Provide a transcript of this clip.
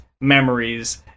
memories